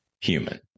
human